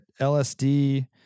LSD